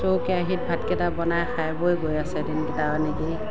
ত' কেৰাহীত ভাতকেইটা বনাই খাই বৈ গৈ আছে দিনকেইটা এনেকেই